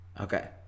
okay